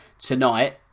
tonight